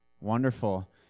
Wonderful